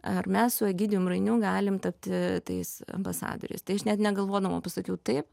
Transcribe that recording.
ar mes su egidijum rainiu galim tapti tais ambasadoriais net negalvodama pasakiau taip